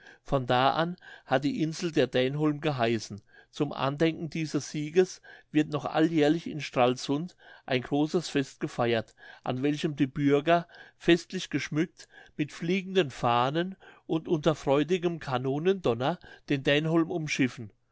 von da an hat die insel der dänholm geheißen zum andenken dieses sieges wird noch alljährlich in stralsund ein großes fest gefeiert an welchem die bürger festlich geschmückt mit fliegenden fahnen und unter freudigem kanonendonner den dänholm umschiffen